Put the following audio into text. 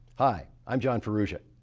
hi, i'm john ferrugia.